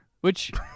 which-